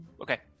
Okay